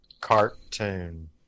Cartoon